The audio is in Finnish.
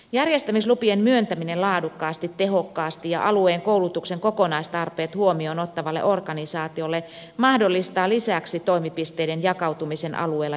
järjestämislupien myöntäminen laadukkaalle tehokkaalle ja alueen koulutuksen kokonaistarpeet huomioon ottavalle organisaatiolle mahdollistaa lisäksi toimipisteiden jakautumisen alueella järkevällä tavalla